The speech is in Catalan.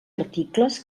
articles